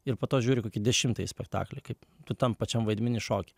ir po to žiūri kokį dešimtąjį spektaklį kaip tu tam pačiam vaidmeny šoki